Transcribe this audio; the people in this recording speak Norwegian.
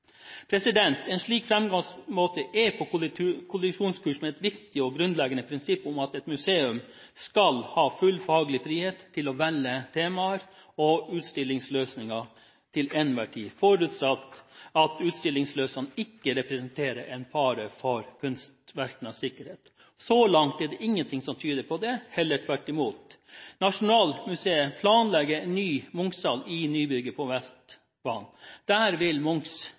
En slik framgangsmåte er på kollisjonskurs med et viktig og grunnleggende prinsipp om at et museum til enhver tid skal ha full faglig frihet til å velge temaer og utstillingsløsninger, forutsatt at utstillingsløsningene ikke representerer en fare for kunstverkenes sikkerhet. Så langt er det ingenting som tyder på det, heller tvert imot. Nasjonalmuseet planlegger en ny Munch-sal i nybygget på Vestbanen. Der vil